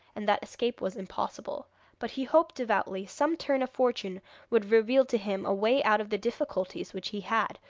and that escape was impossible but he hoped devoutly some turn of fortune would reveal to him a way out of the difficulties which he had,